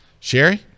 Sherry